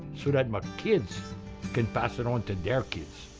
so like my kids can pass it on to their kids.